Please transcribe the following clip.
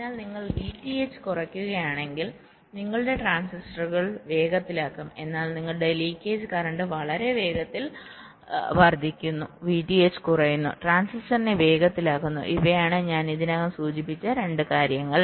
അതിനാൽ നിങ്ങൾ VTH കുറയ്ക്കുകയാണെങ്കിൽ നിങ്ങളുടെ ട്രാൻസിസ്റ്ററുകൾ വേഗത്തിലാകും എന്നാൽ നിങ്ങളുടെ ലീക്കേജ് കറന്റ് വളരെ വേഗത്തിൽ വർദ്ധിക്കുന്നു VTH കുറയുന്നു ട്രാൻസിസ്റ്ററിനെ വേഗത്തിലാക്കുന്നു ഇവയാണ് ഞാൻ ഇതിനകം സൂചിപ്പിച്ച രണ്ട് കാര്യങ്ങൾ